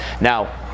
Now